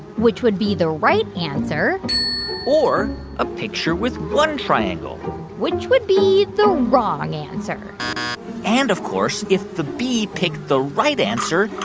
which would be the right answer or a picture with one triangle which would be the wrong answer and, of course, if the bee picked the right answer,